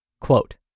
Quote